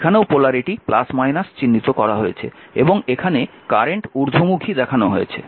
এখানেও পোলারিটি চিহ্নিত করা হয়েছে এবং এখানে কারেন্ট ঊর্ধ্বমুখী দেখানো হয়েছে